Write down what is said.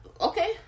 Okay